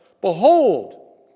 Behold